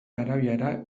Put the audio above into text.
arabiara